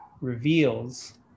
reveals